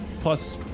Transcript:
Plus